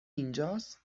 اینجاست